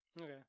okay